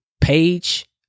page